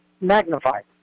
magnified